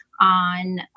on